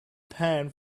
pan